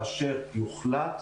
באשר יוחלט,